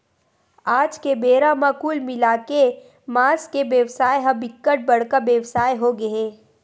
आज के बेरा म कुल मिलाके के मांस के बेवसाय ह बिकट बड़का बेवसाय होगे हे